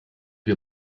wir